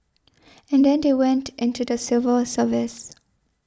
and then they went into the civil service